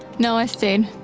no, i stayed.